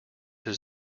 his